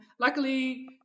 luckily